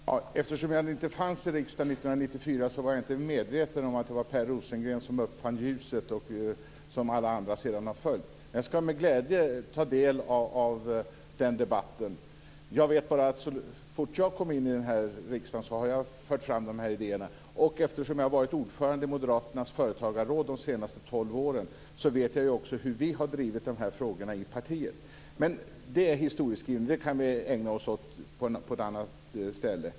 Fru talman! Eftersom jag inte fanns i riksdagen 1994 var jag inte medveten om att det var Per Rosengren som uppfann ljuset som alla andra sedan har följt. Jag skall med glädje ta del av den debatten. Jag vet bara att så fort jag kom in i riksdagen har jag fört fram dessa idéer. Eftersom jag har varit ordförande i Moderaternas företagarråd de senaste tolv åren vet jag ju också hur vi har drivit de här frågorna i partiet. Men det är historieskrivning. Det kan vi ägna oss åt på ett annat ställe.